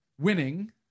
Winning